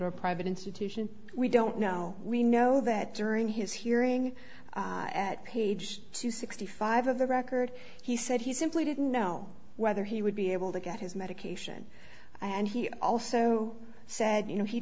to a private institution we don't know we know that during his hearing at page sixty five of the record he said he simply didn't know whether he would be able to get his medication and he also said